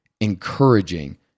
encouraging